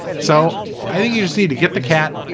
so i think you just need to get the cat.